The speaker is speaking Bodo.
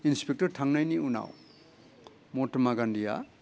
इन्सपेक्टर थांनायनि उनाव महात्मा गान्धीआ